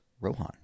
Rohan